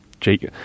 Jake